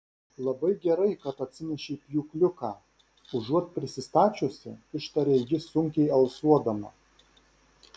labai gerai kad atsinešei pjūkliuką užuot prisistačiusi ištarė ji sunkiai alsuodama